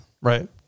Right